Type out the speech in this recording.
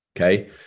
Okay